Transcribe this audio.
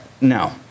no